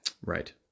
Right